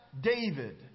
David